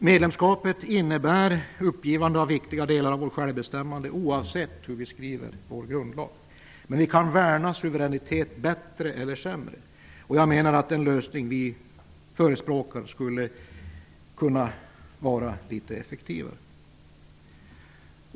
Medlemskapet innebär uppgivande av viktiga delar av vårt självbestämmande, oavsett hur vi skriver vår grundlag. Men vi kan värna suveräniteten bättre eller sämre, och jag menar att den lösning som Vänsterpartiet förespråkar skulle kunna vara litet effektivare.